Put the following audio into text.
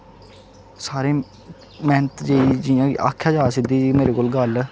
सारे मैहनत जियां कि आखेआ जा सिद्धी जेही मेरे कोल गल्ल